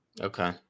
Okay